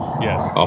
Yes